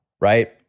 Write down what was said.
right